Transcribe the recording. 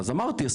אז אמרתי,